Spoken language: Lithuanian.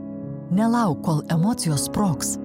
nelauk kol emocijos sprogs